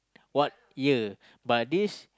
what year but this